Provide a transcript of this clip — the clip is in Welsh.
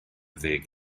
ddeg